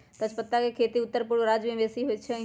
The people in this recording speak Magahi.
तजपत्ता के खेती उत्तरपूर्व राज्यमें बेशी होइ छइ